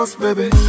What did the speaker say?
baby